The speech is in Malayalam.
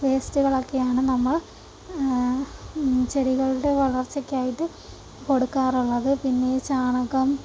വേസ്റ്റുകളൊക്കെയാണ് നമ്മൾ ചെടികളുടെ വളർച്ചയ്ക്കായിട്ട് കൊടുക്കാറുള്ളത് പിന്നെ ഈ ചാണകം